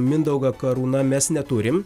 mindauga karūna mes neturim